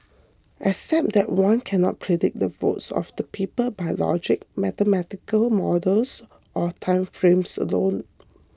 except that one cannot predict the votes of the people by logic mathematical models or time frames alone